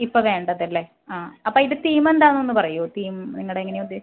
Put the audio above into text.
ഇപ്പം വേണ്ടതല്ലെ ആ അപ്പയിത് തീമെന്താണെന്നൊന്ന് പറയോ തീം നിങ്ങടെയെങ്ങനാണ് ഉദ്ദേശം